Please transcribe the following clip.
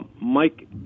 Mike